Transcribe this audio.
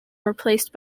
replaced